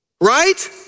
right